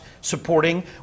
supporting